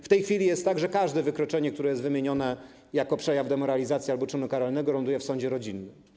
W tej chwili jest tak, że każde wykroczenie, które jest wymienione jako przejaw demoralizacji albo czynu karalnego, ląduje w sądzie rodzinnym.